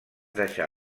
deixà